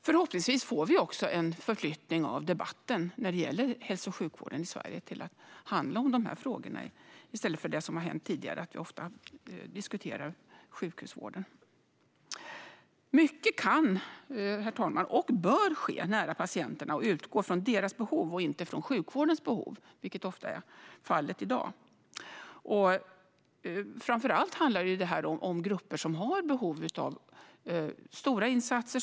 Förhoppningsvis får vi en förflyttning av debatten om hälso och sjukvården i Sverige så att den handlar om de här frågorna i stället för det som har gällt tidigare, där man diskuterar sjukhusvården. Herr talman! Mycket kan och bör ske nära patienterna och utgå från deras behov och inte från sjukvårdens behov, vilket ofta är fallet i dag. Framför allt handlar detta om grupper som har behov av stora insatser.